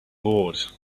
bored